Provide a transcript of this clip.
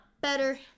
better